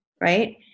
Right